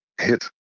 hit